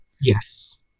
Yes